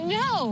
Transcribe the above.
no